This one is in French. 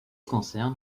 concerne